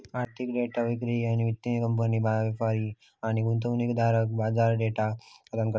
आर्थिक डेटा विक्रेता वित्तीय कंपन्यो, व्यापारी आणि गुंतवणूकदारांका बाजार डेटा प्रदान करता